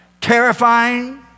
terrifying